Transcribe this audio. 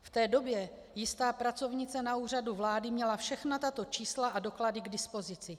V té době jistá pracovnice na Úřadu vlády měla všechna tato čísla a doklady k dispozici.